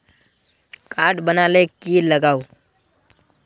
Card बना ले की लगाव?